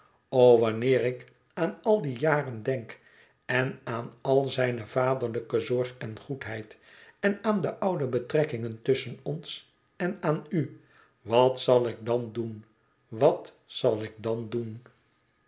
o wanneer ik aan al die jaren denk en aan al zijne vaderlijke zorg en goedheid en aan de oude betrekkingen tusschen ons en aan u wat zal ik dan doen wat zal ik dan doen